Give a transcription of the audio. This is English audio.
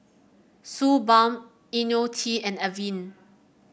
Suu Balm IoniL T and Avene